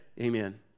amen